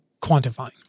quantifying